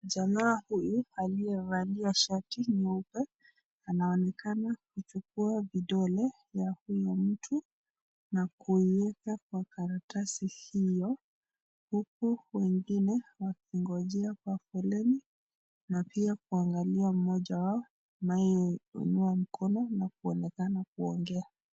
Jamaa huyu aliyevalia shati nyeupe, anaonekana kuchukua vidole vya huyu mtu na kui kwa karatasi hiyo, huku mwingine akingojea kwa foleni na pia kuangalia moja wao anayeinua mkono na kuonekana kuongea.